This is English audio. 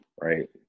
right